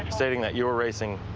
um stating that you were racing